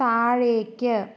താഴേക്ക്